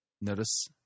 Notice